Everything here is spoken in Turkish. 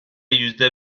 yüzde